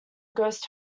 ghost